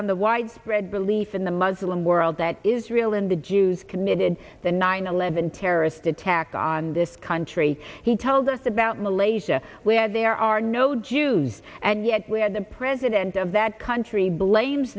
on the widespread belief in the muslim world that israel and the jews committed the nine eleven terrorist attack on this country he told us about malaysia where there are no jews and yet where the president of that country blames